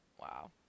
Wow